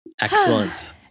Excellent